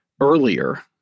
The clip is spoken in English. earlier